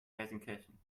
gelsenkirchen